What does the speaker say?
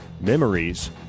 memories